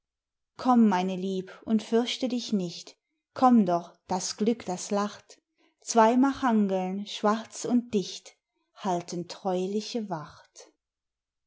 komm mein lieb und fürchte dich nicht komm doch das glück das lacht zwei machangeln schwarz und dicht halten treuliche wacht